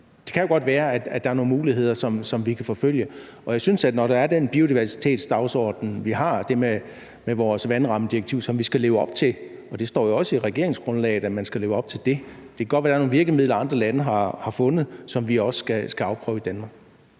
Det kan jo godt være, at der er nogle muligheder, som vi kan forfølge. Og jeg synes, at når der er den biodiversitetsdagsorden, vi har, og det med vores vandrammedirektiv, som vi skal leve op til – det står jo også i regeringsgrundlaget, at man skal leve op til det – kan det godt være, der er nogle virkemidler, andre lande har fundet, som vi også skal afprøve i Danmark.